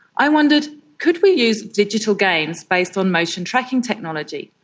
i wondered could we use digital games based on motion tracking technology,